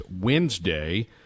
Wednesday